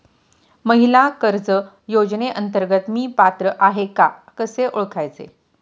महिला कर्ज योजनेअंतर्गत मी पात्र आहे का कसे ओळखायचे?